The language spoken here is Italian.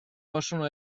possono